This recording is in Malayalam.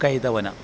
കൈതവന